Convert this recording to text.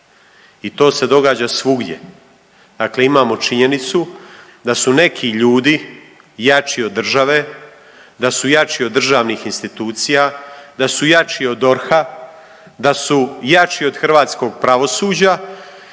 I to se događa svugdje. Dakle, imamo činjenicu da su neki ljudi jači od države, da su jači od državnih institucija, da su jači od DORH-a, da su jači od hrvatskog pravosuđa